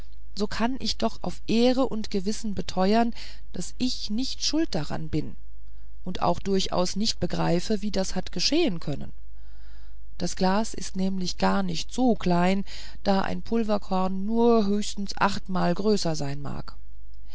so kann ich doch auf ehre und gewissen beteuern daß ich nicht schuld daran bin auch durchaus nicht begreife wie das hat geschehen können das glas ist nämlich gar nicht so klein da ein pulverkorn nur höchstens achtmal größer sein mag